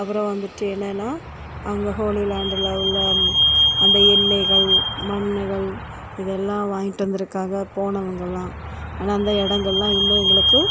அப்புறம் வந்துட்டு என்னென்னா அங்கே ஹோலி லேண்டில் உள்ள அந்த எண்ணெய்கள் மண்ணுகள் இது எல்லாம் வாங்கிட்டு வந்துருக்காங்க போனவங்களாம் ஆனால் அந்த இடங்கள்லாம் இன்னும் எங்களுக்கு